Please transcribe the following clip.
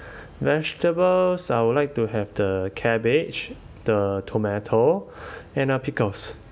vegetables I would like to have the cabbage the tomato and uh pickles